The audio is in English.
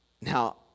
Now